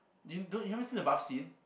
you don't you haven't seen the bath scene